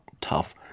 tough